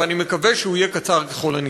ואני מקווה שהוא יהיה קצר ככל האפשר.